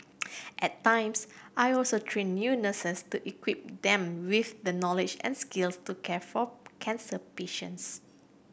at times I also train new nurses to equip them with the knowledge and skills to care for cancer patients